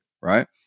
right